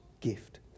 gift